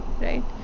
right